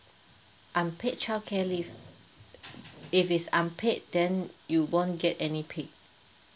unpaid childcare leave if is unpaid then you won't get any pay